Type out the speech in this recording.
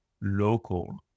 local